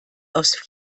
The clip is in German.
aus